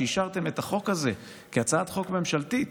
כשאישרתם את החוק הזה כהצעת חוק ממשלתית: